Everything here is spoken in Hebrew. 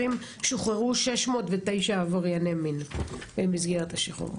שוחררו 609 עברייני מין במסגרת השחרור המינהלי.